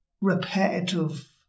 repetitive